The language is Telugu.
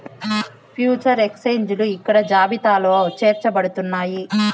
ఫ్యూచర్ ఎక్స్చేంజిలు ఇక్కడ జాబితాలో చేర్చబడుతున్నాయి